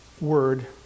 word